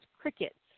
crickets